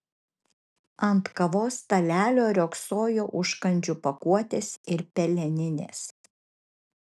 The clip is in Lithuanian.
ant kavos stalelio riogsojo užkandžių pakuotės ir peleninės